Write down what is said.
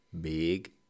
big